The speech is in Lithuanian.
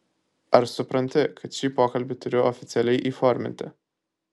ar supranti kad šį pokalbį turiu oficialiai įforminti